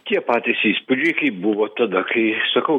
tie patys įspūdžiai kaip buvo tada kai sakau